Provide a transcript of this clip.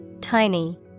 tiny